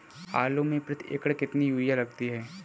आलू में प्रति एकण कितनी यूरिया लगती है?